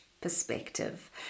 perspective